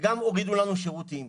גם הורידו לנו שירותים.